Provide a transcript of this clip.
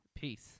Peace